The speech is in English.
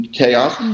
chaos